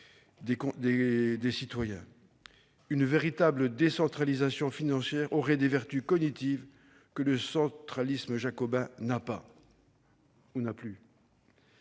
concitoyens. Une véritable décentralisation financière aurait des vertus cognitives que le centralisme jacobin n'a pas. Ce n'est